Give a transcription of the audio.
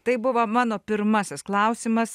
tai buvo mano pirmasis klausimas